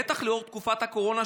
בטח לנוכח תקופת הקורונה,